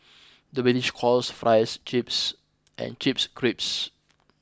the British calls fries chips and chips crisps